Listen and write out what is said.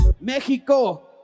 Mexico